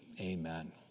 Amen